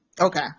Okay